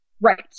right